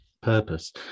purpose